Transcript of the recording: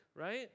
right